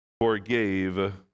forgave